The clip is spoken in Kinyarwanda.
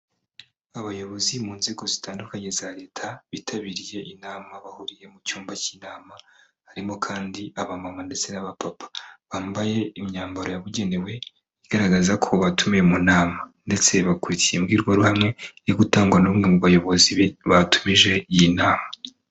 Abayobozi mu nzego zitandukanye za leta bitabiriye inama, bahuriye mu cyumba cy'inama, harimo kandi abamama ndetse n'abapapa, bambaye imyambaro yabugenewe igaragaza ko batumiwe mu nama ndetse bakurikiye imbwirwaruhame iri gutangwa n'umwe mu bayobozi be batumije iyi nama.